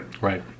Right